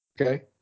Okay